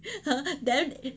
then